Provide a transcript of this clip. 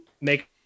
make